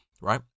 right